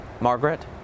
Margaret